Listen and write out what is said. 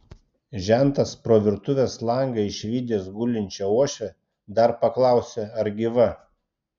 žentas pro virtuvės langą išvydęs gulinčią uošvę dar paklausė ar gyva